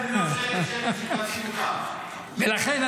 --- ולכן,